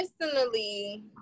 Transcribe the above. personally